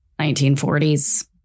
1940s